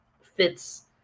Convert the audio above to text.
fits